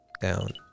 down